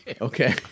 Okay